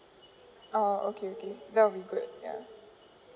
ah okay okay that will be great ya